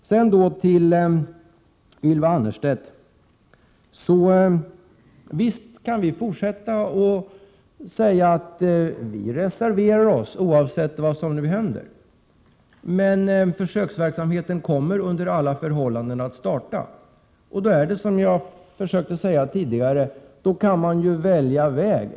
Så till Ylva Annerstedt: Visst kan vi fortsätta att reservera oss oavsett vad som händer. Men försöksverksamheten kommer under alla förhållanden att starta, och då kan man, som jag försökte säga tidigare, välja väg.